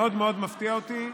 מאוד מאוד מפתיע אותי,